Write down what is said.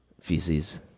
feces